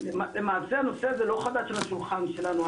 למעשה הנושא הזה לא חדש על השולחן שלנו,